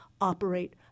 operate